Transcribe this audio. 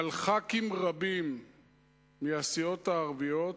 אבל חברי כנסת רבים מהסיעות הערביות